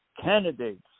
Candidates